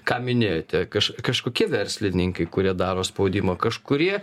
ką minėjote kaž kažkokie verslininkai kurie daro spaudimą kažkurie